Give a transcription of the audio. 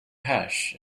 hash